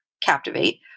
Captivate